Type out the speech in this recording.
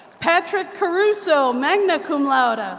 patrick yarusso, magna cum laude. ah